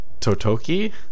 Totoki